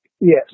Yes